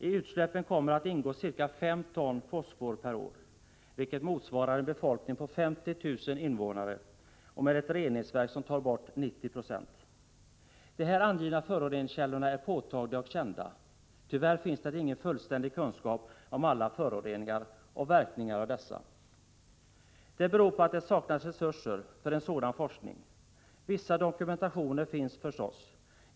I utsläppen kommer att ingå ca 5 ton fosfor per år, vilket motsvarar utsläppen från en befolkning på 50 000 invånare — med ett reningsverk som tar bort 90 96. De här angivna föroreningskällorna är påtagliga och kända. Tyvärr finns det ingen fullständig kunskap om alla föroreningar och verkningarna av dessa. Det beror på att det saknas resurser för en sådan forskning. Vissa dokumentationer finns förstås.